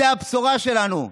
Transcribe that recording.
זו הבשורה שלנו.